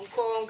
הונג קונג,